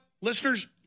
Listeners